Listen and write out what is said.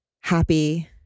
happy